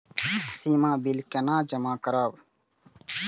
सीमा bill केना जमा करब?